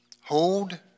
Hold